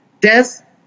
death